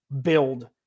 build